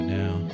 now